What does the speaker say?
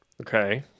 Okay